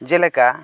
ᱡᱮᱞᱮᱠᱟ